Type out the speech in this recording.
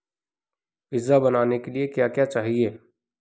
pizza बनाने के लिए क्या क्या चाहिए